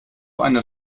eine